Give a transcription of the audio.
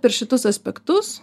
per šitus aspektus